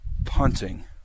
punting